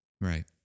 right